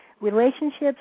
relationships